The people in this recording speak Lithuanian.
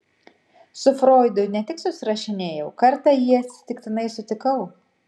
su froidu ne tik susirašinėjau kartą jį atsitiktinai sutikau